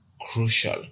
crucial